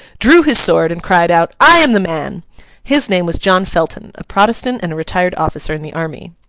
drew his sword and cried out, i am the man his name was john felton, a protestant and a retired officer in the army.